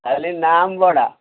ଖାଲି ନାମ ବଡ଼ା